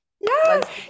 Yes